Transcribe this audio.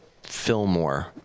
Fillmore